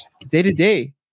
day-to-day